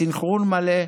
בסנכרון מלא,